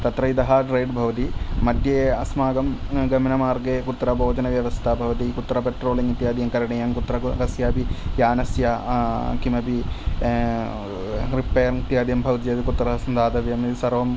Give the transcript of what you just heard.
तत्र इतः ट्रेड् भवति मध्ये अस्माकं गमनमार्गे कुत्र भोजनव्यवस्था भवति कुत्र पेट्रोलियम् इत्याधिकं करणीयं कुत्र कस्यापि यानस्य किमपि रिपैर् इत्याधिकं भवति चेत् कुत्र दातव्यम् इति सर्वम्